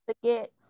forget